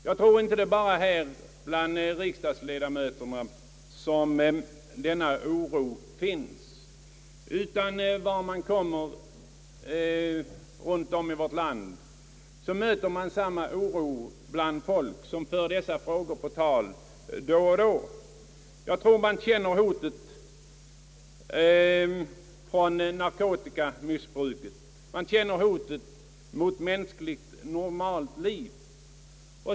Det är inte endast riksdagsledamöterna som hyser denna oro, utan man möter samma oro runt om i vårt land när dessa frågor förs på tal. Narkotikamissbruket utgör ett hot mot mänskligt normalt liv.